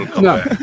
No